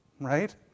Right